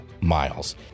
miles